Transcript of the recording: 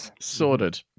sorted